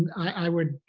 i would,